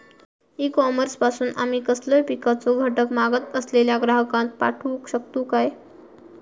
E commerce पासून आमी कसलोय पिकाचो घटक मागत असलेल्या ग्राहकाक पाठउक शकतू काय?